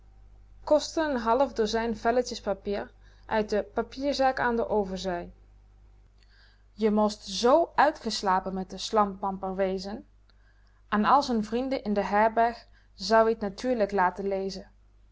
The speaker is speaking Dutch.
n half dozijn vel papier uit de papierzaak aan de overzij je most zoo uitgeslapen letjs met de slampamper wezen an al z'n vrienden in de herberg zou-ie t natuurlijk laten lezen